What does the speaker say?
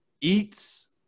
eats